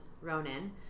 Ronan